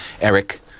Eric